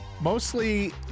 mostly